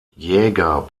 jäger